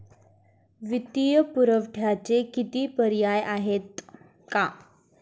वित्तीय पुरवठ्याचे किती पर्याय आहेत का?